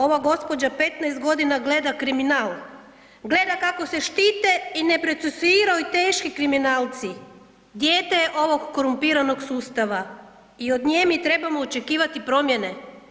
Ova gospođa 15 godina gleda kriminal, gleda kako se štite i ne procesuiraju teški kriminalci, dijete ovog korumpiranog sustava i od nje mi trebamo očekivati promjene?